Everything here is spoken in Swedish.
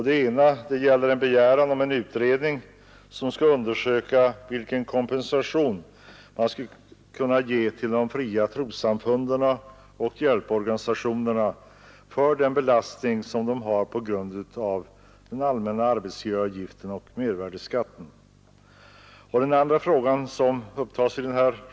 Det ena gäller en begäran om en utredning av möjligheterna att ge kompensation till de fria trossamfunden och hjälporganisationerna för den belastning som den allmänna arbetsgivaravgiften och mervärdeskatten utgör för dem.